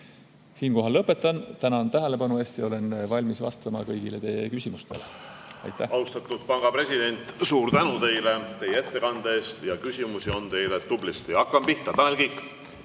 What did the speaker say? Siinkohal lõpetan. Tänan tähelepanu eest ja olen valmis vastama kõigile teie küsimustele. Aitäh!